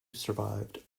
survived